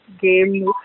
game